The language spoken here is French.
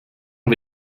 ont